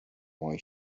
why